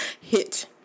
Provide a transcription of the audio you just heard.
hit